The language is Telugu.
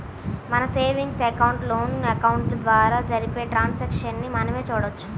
మన సేవింగ్స్ అకౌంట్, లోన్ అకౌంట్ల ద్వారా జరిపే ట్రాన్సాక్షన్స్ ని మనమే చూడొచ్చు